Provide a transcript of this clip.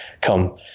come